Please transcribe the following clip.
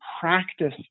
practice